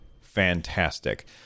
fantastic